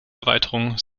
erweiterung